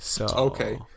Okay